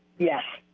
yes.